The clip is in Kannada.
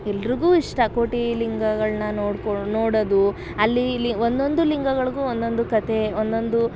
ಎಲ್ಲರಿಗೂ ಇಷ್ಟ ಕೋಟಿಲಿಂಗಗಳನ್ನ ನೋಡ್ಕೋ ನೋಡೋದು ಅಲ್ಲಿ ಇಲ್ಲಿ ಒಂದೊಂದು ಲಿಂಗಗಳಿಗೂ ಒಂದೊಂದು ಕತೆ ಒಂದೊಂದು